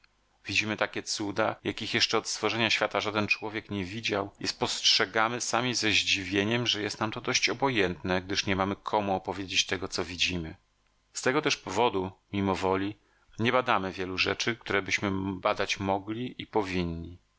widzimy takie cuda jakich jeszcze od stworzenia świata żaden człowiek nie widział i spostrzegamy sami ze zdziwieniem że jest nam to dość obojętne gdyż nie mamy komu opowiedzieć tego co widzimy z tego też powodu mimowoli nie badamy wielu rzeczy którebyśmy badać mogli i powinni